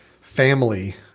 family